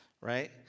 right